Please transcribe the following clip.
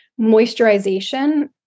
moisturization